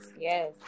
yes